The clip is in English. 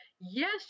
yes